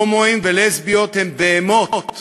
הומואים ולסביות הם בהמות,